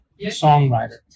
songwriter